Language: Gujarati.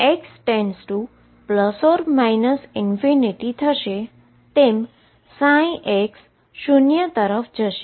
જેમા જેમ x→ ±∞ થશે તેમ x શુન્ય તરફ જશે